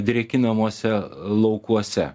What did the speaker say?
drėkinamuose laukuose